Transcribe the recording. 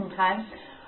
Okay